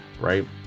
right